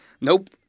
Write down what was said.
Nope